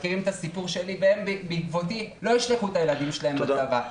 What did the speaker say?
מכירים את הסיפור שלי והם בעקבותיי לא ישלחו את הילדים שלהם לצבא.